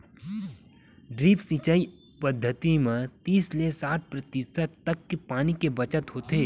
drip सिंचई पद्यति म तीस ले साठ परतिसत तक के पानी के बचत होथे